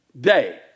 day